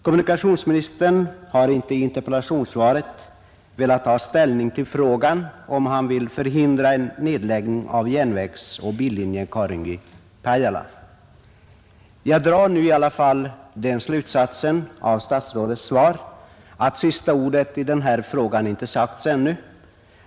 Kommunikationsministern har inte i interpellationssvaret velat ta ställning till frågan om han vill förhindra en nedläggning av järnvägsoch billinjen Karungi—Pajala. Jag drar i alla fall den slutsatsen av statsrådets svar att sista ordet i den här frågan inte sagts ännu.